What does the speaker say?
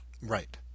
Right